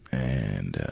and,